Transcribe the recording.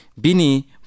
Bini